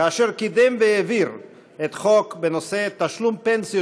כאשר קידם והעביר את החוק בנושא תשלום פנסיות